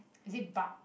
is it bug